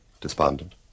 despondent